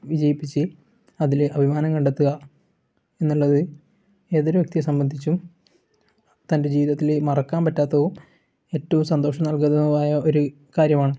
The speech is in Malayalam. വിജയിപ്പിച്ച് അതിൽ അഭിമാനം കണ്ടെത്തുക എന്നുള്ളത് ഏതൊരു വ്യക്തിയെ സംബന്ധിച്ചും തൻ്റെ ജീവിതത്തിൽ മറക്കാൻ പറ്റാത്തതും ഏറ്റവും സന്തോഷം നൽകുന്നതുമായ ഒരു കാര്യമാണ്